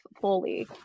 fully